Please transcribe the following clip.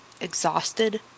exhausted